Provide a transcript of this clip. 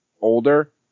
older